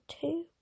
two